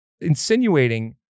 insinuating